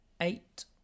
eight